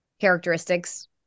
characteristics